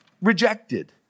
rejected